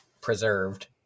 preserved